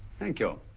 thank you.